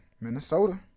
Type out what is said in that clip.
Minnesota